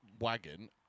wagon